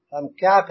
हम क्या करें